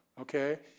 Okay